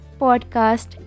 podcast